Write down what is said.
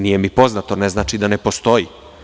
Nije mi poznato i ne znači da ne postoji.